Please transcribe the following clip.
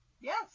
Yes